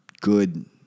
good